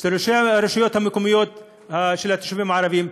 של ראשי הרשויות המקומיות של התושבים הערבים,